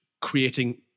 creating